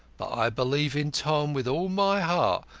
but i believe in tom with all my heart.